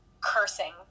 cursing